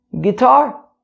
guitar